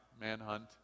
manhunt